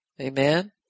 Amen